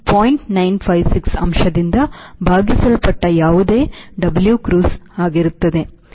956 ಅಂಶದಿಂದ ಭಾಗಿಸಲ್ಪಟ್ಟ ಯಾವುದೇ W cruise ಆಗಿರುತ್ತದೆ